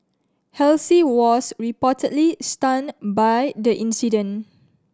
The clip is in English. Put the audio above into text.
Halsey was reportedly stunned by the incident